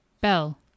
Bell